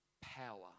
power